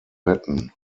retten